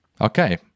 Okay